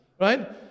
right